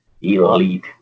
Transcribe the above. elite